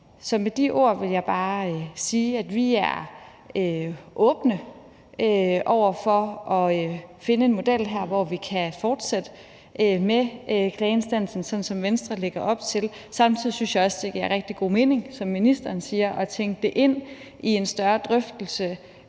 Så med de ord vil jeg bare sige, at vi er åbne over for at finde en model her, hvor vi kan fortsætte med klageinstansen, sådan som Venstre lægger op til. Samtidig synes jeg også, det giver rigtig god mening, som ministeren siger, at tænke det ind i en større drøftelse